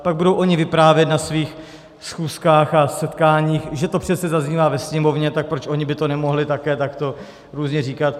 Pak budou oni vyprávět na svých schůzkách a setkáních, že to přesně zaznívá ve Sněmovně, tak proč oni by to nemohli také takto různě říkat.